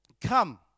Come